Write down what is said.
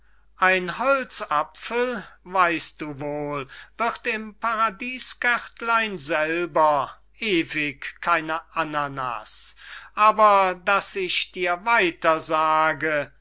ein holzapfel weist du wohl wird im paradies gärtlein selber ewig keine ananas aber daß ich dir weiter sage